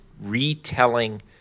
retelling